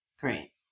Great